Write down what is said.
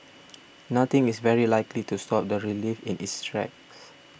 nothing is very likely to stop the relief in its tracks